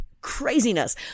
craziness